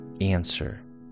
answer